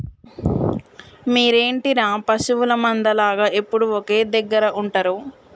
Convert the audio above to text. మీరేంటిర పశువుల మంద లాగ ఎప్పుడు ఒకే దెగ్గర ఉంటరు